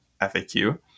FAQ